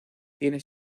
tiene